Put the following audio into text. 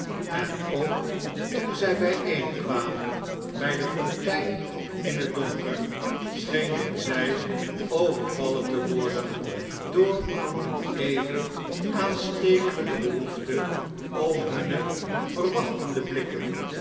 en ook toen zij bgeenkwamen bjj de fontein in het donker schenen zjj overvallen te worden door eene even aanstekelijke behoefte om hunne verwachtende blikken